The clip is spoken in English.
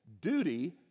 duty